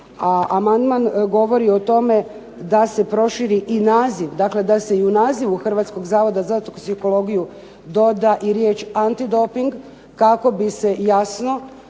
a amandman govori o tome da se proširi i naziv, dakle da se i u nazivu Hrvatskog zavoda za toksikologiju doda i riječ antidoping, kako bi se jasno